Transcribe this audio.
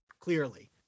clearly